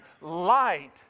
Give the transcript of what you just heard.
light